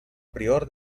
prior